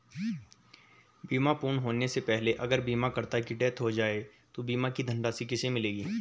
बीमा पूर्ण होने से पहले अगर बीमा करता की डेथ हो जाए तो बीमा की धनराशि किसे मिलेगी?